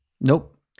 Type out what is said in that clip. Nope